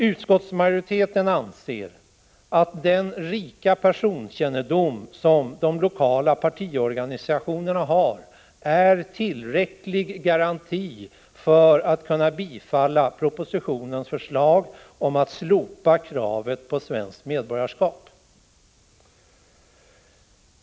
Utskottsmajoriteten anser att den rika personkännedom som de lokala partiorganisationerna har är tillräcklig garanti för att riksdagen skall kunna bifalla propositionens förslag om att slopa kravet på svenskt medborgarskap.